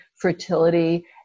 fertility